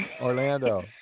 Orlando